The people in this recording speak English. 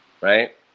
right